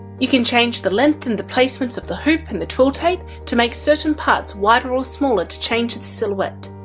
you can change the length and the placements of the hoop and the twill tape to make certain parts wider or smaller to change its silhouette.